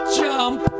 jump